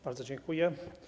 Bardzo dziękuję.